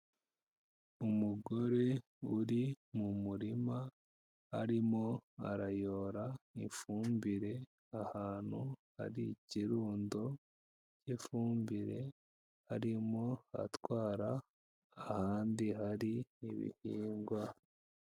Umugore uri mu murima, arimo arayora ifumbire ahantu hari ikirundo cy'ifumbire, arimo atwara ahandi hari ibihingwa.